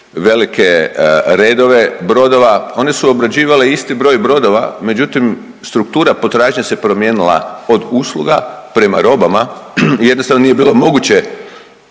velike redove brodova, one su obrađivale isti broj brodova međutim struktura potražnje se promijenila od usluga prema robama. Jednostavno nije bilo moguće,